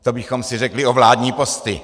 To bychom si řekli o vládní posty.